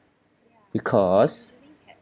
because